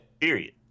Period